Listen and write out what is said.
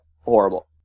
horrible